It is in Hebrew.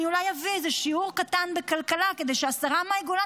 אני אולי אביא איזה שיעור קטן בכלכלה כדי שהשרה מאי גולן